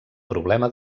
problema